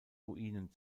ruinen